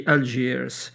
Algiers